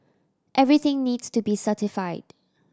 everything needs to be certified